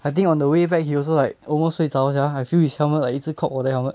I think on the way back he also like almost 睡着 sia I feel his helmet like 一直 我的 helmet